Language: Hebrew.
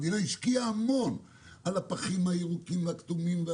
המדינה השקיעה המון על הפחים הירוקים והכתומים.